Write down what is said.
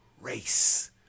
race